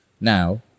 Now